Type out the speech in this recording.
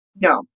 no